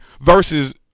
versus